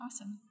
Awesome